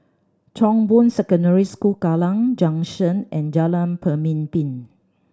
Chong Boon Secondary School Kallang Junction and Jalan Pemimpin